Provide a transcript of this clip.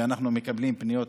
שאנחנו מקבלים פניות,